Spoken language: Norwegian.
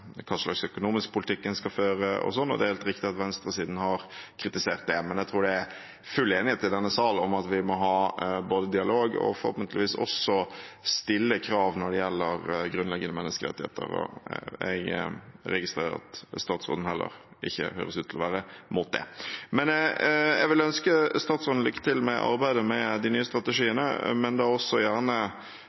hva slags økonomisk politikk en skal føre, osv. Det er helt riktig at venstresiden har kritisert det, men jeg tror det er full enighet i denne sal om at vi må både ha dialog og forhåpentligvis også stille krav når det gjelder grunnleggende menneskerettigheter. Jeg registrerer at heller ikke statsråden høres ut til å være imot det. Jeg vil ønske statsråden lykke til med arbeidet med de nye strategiene, men også gjerne